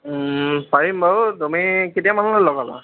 পাৰিম বাৰু তুমি কেতিয়া মানলৈ ল'গাবা